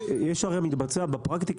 זה מגדלים שגידלו עד יום הפרסום.